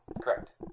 Correct